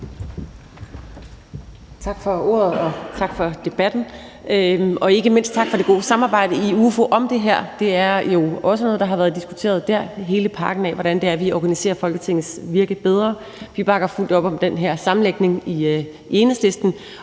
Tak for ordet, og tak for debatten, og ikke mindst tak for det gode samarbejde i Udvalget for Forretningsordenen om det her. Det er jo noget, der også har været diskuteret der, altså hele pakken med, hvordan vi organiserer Folketingets virke bedre. Vi bakker fuldt op om den her sammenlægning i Enhedslisten